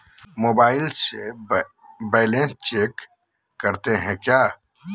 Mobile से balance check करते हैं क्या?